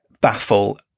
baffle